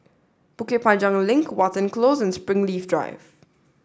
Bukit Panjang Link Watten Close and Springleaf Drive